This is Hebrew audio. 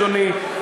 אדוני,